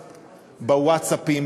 בווטסאפים,